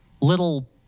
little